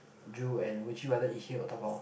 drool and would you rather eat here or dabao